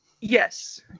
Yes